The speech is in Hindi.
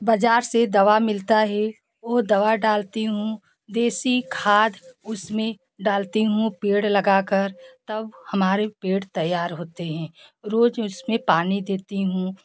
बाज़ार से दवा मिलता है वो दवा डालती हूँ देसी खाद उसमें डालती हूँ पेड़ लगा कर तब हमारे पेड़ तैयार होते हैं रोज़ उस में पानी देती हूँ